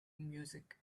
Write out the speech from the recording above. music